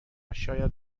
شاید